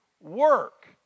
work